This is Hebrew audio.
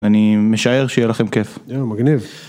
אני משער שיהיה לכם כיף. מגניב.